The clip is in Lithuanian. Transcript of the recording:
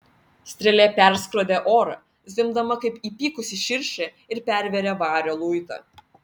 strėlė perskrodė orą zvimbdama kaip įpykusi širšė ir pervėrė vario luitą